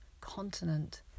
continent